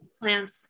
plants